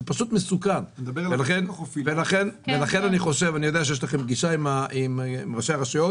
אני יודע שיש לכם פגישה עם ראשי הרשויות